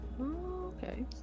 Okay